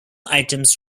items